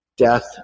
death